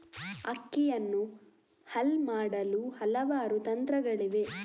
ಅಕ್ಕಿಯನ್ನು ಹಲ್ ಮಾಡಲು ಹಲವಾರು ತಂತ್ರಗಳಿವೆ